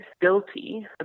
guilty